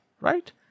Right